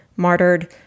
martyred